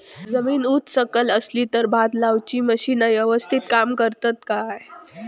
जमीन उच सकल असली तर भात लाऊची मशीना यवस्तीत काम करतत काय?